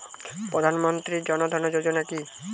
প্রধান মন্ত্রী জন ধন যোজনা কি?